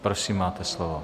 Prosím, máte slovo.